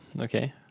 Okay